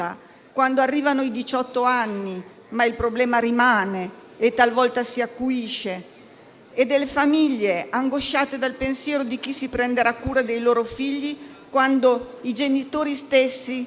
quando arrivano i diciotto anni. Il problema infatti rimane e talvolta si acuisce, con le famiglie angosciate al pensiero di chi si prenderà cura dei loro figli quando i genitori stessi